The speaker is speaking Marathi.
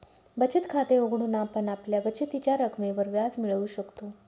बचत खाते उघडून आपण आपल्या बचतीच्या रकमेवर व्याज मिळवू शकतो